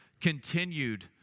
continued